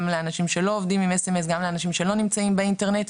גם לאנשים שלא עובדים עם סמס וגם לאנשים שלא נמצאים באינטרנט.